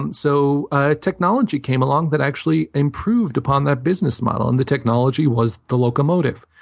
and so ah technology came along that actually improved upon that business model, and the technology was the locomotive.